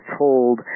told